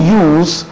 use